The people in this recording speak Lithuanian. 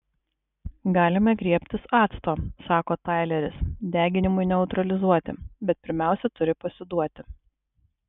galime griebtis acto sako taileris deginimui neutralizuoti bet pirmiausia turi pasiduoti